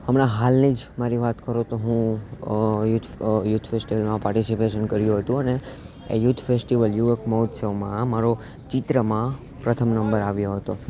હમણાં હાલની જ મારી વાત કરું તો હું યૂથ ફેસ્ટિવલમાં પાર્ટીસિપેસન કર્યું હતું અને એ યૂથ ફેસ્ટિવલ યુવક મહોત્સવમાં મારો ચિત્રમાં પ્રથમ નંબર આવ્યો હતો